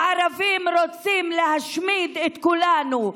הערבים רוצים להשמיד את כולנו,